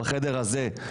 בחדר הזה,